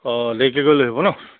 অঁ দেখে কৰি লৈ আহিব ন